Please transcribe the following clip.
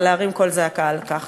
ולהרים קול זעקה על כך.